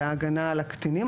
וההגנה על הקטינים,